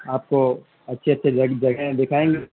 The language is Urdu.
آپ کو اچھی اچھی جگہیں دکھائیں گے